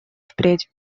впредь